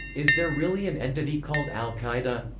is there really an entity called al-qaeda?